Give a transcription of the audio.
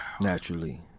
naturally